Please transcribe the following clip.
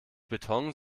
beton